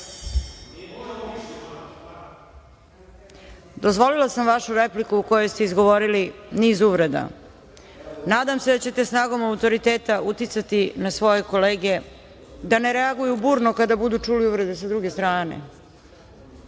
dozvolila sam vašu repliku u kojoj ste izgovorili niz uvreda. Nadam se da ćete snagom autoriteta uticati na svoje kolege da ne reaguju burno kada budu čule uvrede sa druge strane.(Dragan